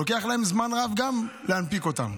לוקח להם זמן רב להנפיק אותן.